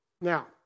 Now